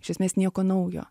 iš esmės nieko naujo